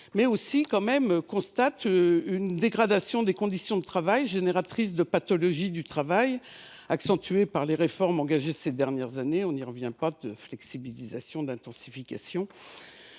maladie. En outre, on constate une dégradation des conditions de travail génératrice de pathologies du travail accentuées par les réformes engagées ces dernières années – flexibilisation, intensification.